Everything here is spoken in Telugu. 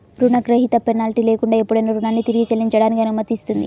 రుణగ్రహీత పెనాల్టీ లేకుండా ఎప్పుడైనా రుణాన్ని తిరిగి చెల్లించడానికి అనుమతిస్తుంది